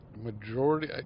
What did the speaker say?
majority